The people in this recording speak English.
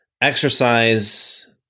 Exercise